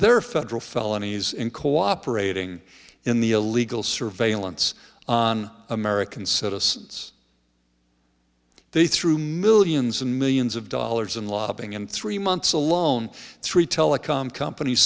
their federal felonies in cooperating in the illegal surveillance on american citizens they through millions and millions of dollars in lobbying in three months alone three telecom companies